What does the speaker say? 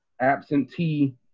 absentee